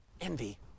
Envy